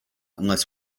unless